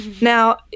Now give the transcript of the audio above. Now